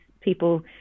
people